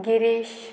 Girish